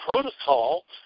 protocol